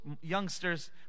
youngsters